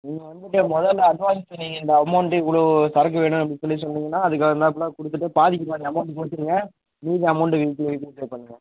நீங்கள் வந்துட்டு முதல்ல அட்வான்ஸு நீங்கள் இந்த அமௌண்ட்டு இவ்வளோ சரக்கு வேணும் அப்படின்னு சொல்லி சொன்னீங்கன்னால் அதுக்கு தகுந்தாப்போல கொடுத்துட்டு பாதிக்கு பாதி அமௌண்ட்டு போட்டுக்கோங்க மீதி அமௌண்ட்டு வீக்லி வீக்லி பே பண்ணலாம்